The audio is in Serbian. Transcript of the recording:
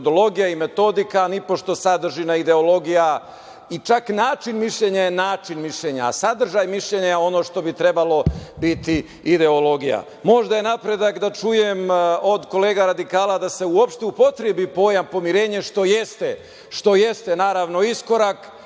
i metodika, a nipošto sadržina, ideologija. Čak, način mišljenja je način mišljenja, a sadržaj mišljenja je ono što bi trebalo biti ideologija. Možda je napredak da čujem od kolega radikala da se uopšte upotrebi pojam pomirenje, što jeste, naravno, iskorak.